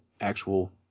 actual